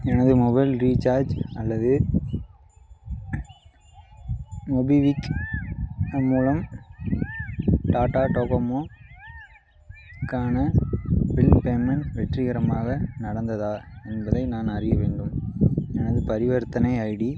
எனது mobile recharge அல்லது MobiKwik மூலம் டாடா டோகோமோக்கான பில் பேமெண்ட் வெற்றிகரமாக நடந்ததா என்பதை நான் அறிய வேண்டும் எனது பரிவர்த்தனை ஐடி